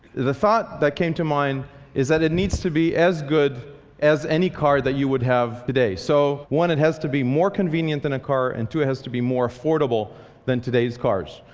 the thought that came to mind is that it needs to be as good as any car that you would have today. so one, it has to be more convenient than a car. and two, it has be more affordable than today's cars.